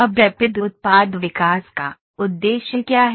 अब रैपिड उत्पाद विकास का उद्देश्य क्या है